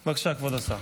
בבקשה, כבוד השר.